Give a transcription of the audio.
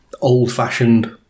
old-fashioned